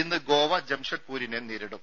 ഇന്ന് ഗോവ ജംഷഡ്പൂരിനെ നേരിടും